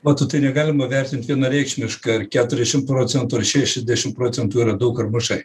matot tai negalima vertint vienareikšmiškai ar keturiasšimt procentų ar šešiasdešimt procentų yra daug ar mažai